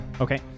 Okay